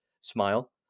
Smile